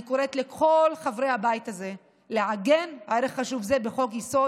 אני קוראת לכל חברי הבית הזה לעגן ערך חשוב זה בחוק-יסוד,